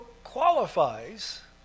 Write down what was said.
qualifies